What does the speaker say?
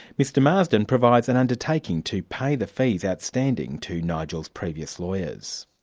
mr marsden provides an undertaking to pay the fees outstanding to nigel's previous lawyers.